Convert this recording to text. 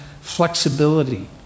flexibility